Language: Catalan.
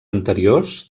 anteriors